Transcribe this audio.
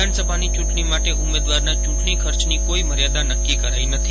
વિધાનસભાની ચૂંટણી માટે ઉમેદવારના ચૂંટણી ખર્ચની કોઇ મર્યાદા નક્કી કરાઈ નથી